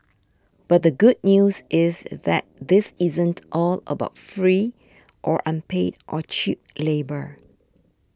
but the good news is that this isn't all about free or unpaid or cheap labour